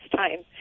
time